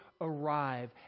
arrive